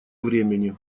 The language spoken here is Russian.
времени